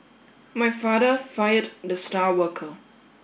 my father fired the star worker